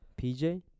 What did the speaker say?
PJ